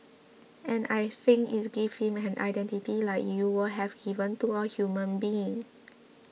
and I think it gives him an identity like you would have given to a human being